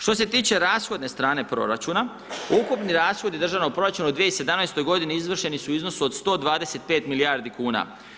Što se tiče rashodne strane proračuna, ukupni rashodi državnog proračuna u 2017. godini izvršeni su u iznosu od 125 milijardi kuna.